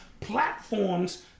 platforms